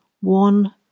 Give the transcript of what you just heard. one